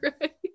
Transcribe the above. right